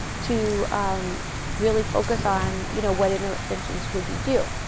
to really focus on, you know, what interventions should you do?